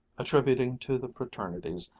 attributing to the fraternities,